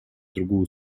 другую